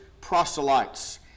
proselytes